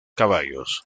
caballos